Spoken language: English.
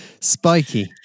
spiky